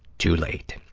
too late.